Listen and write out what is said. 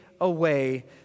away